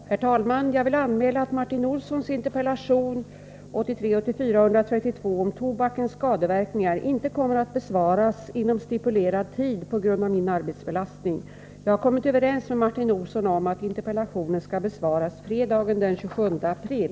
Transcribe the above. Herr talman! Jag vill anmäla att Martin Olssons interpellation 1983/84:132 om tobakens skadeverkningar inte kommer att besvaras inom stipulerad tid på grund av min arbetsbelastning. Jag har kommit överens med Martin Olsson om att interpellationen skall besvaras fredagen den 27 april.